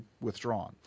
withdrawn